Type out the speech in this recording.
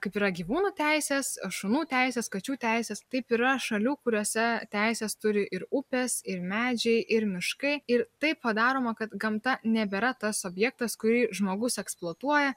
kaip yra gyvūnų teisės šunų teisės kačių teisės taip yra šalių kuriose teises turi ir upės ir medžiai ir miškai ir taip padaroma kad gamta nebėra tas objektas kurį žmogus eksploatuoja